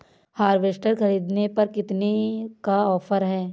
Harvester ख़रीदने पर कितनी का ऑफर है?